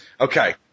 Okay